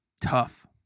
tough